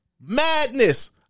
Madness